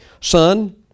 Son